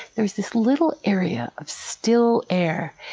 there's this little area of still air,